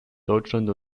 deutschland